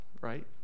right